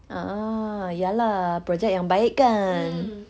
a'ah ya lah project yang baik kan